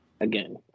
again